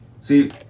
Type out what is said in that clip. see